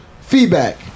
Feedback